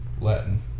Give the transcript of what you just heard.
Latin